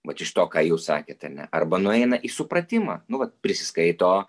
vat iš to ką jūs sakėt ar ne arba nueina į supratimą nu vat prisiskaito